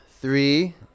three